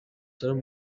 salaam